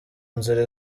nzira